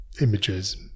images